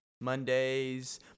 Mondays